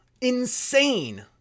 Insane